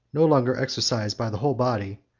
no longer exercised by the whole body,